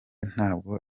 ntabwo